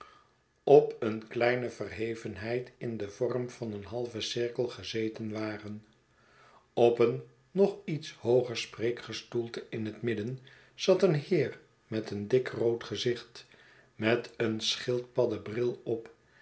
op een kleine verhevenheid in den vorm van een halve cirkel gezeten waren op een nog iets hooger spreekgestoelte in het midden zat een heer met een dik rood gezicht met een schildpadden bril op